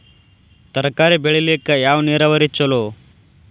ತರಕಾರಿ ಬೆಳಿಲಿಕ್ಕ ಯಾವ ನೇರಾವರಿ ಛಲೋ?